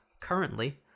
currently